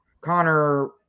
Connor